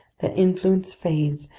their influence fades,